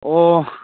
ꯑꯣ